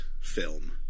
film